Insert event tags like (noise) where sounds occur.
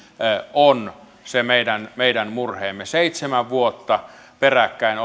on se meidän meidän murheemme seitsemän vuotta peräkkäin (unintelligible)